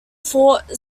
fort